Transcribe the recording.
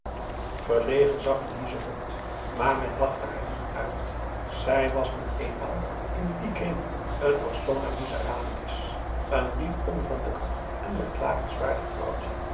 verlegen zag louise rond maar men lachte haar niet uit zij was nu eenmaal in dien kring een persona miserabilis een diep ongelukkig en beklagenswaardig vrouwtje